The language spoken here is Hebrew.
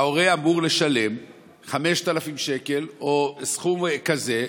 ההורה אמור לשלם 5,000 שקל, או סכום כזה,